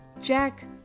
Jack